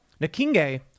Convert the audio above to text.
Nakinge